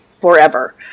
forever